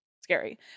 scary